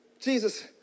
Jesus